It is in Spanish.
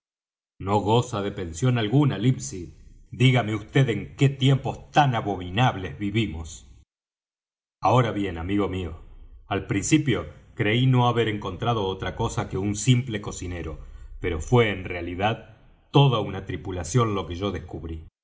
no goza de pensión alguna livesey dígame vd en qué tiempos tan abominables vivimos ahora bien amigo mío al principio creí no haber encontrado otra cosa que un simple cocinero pero fué en realidad toda una tripulación lo que yo descubrí